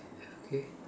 okay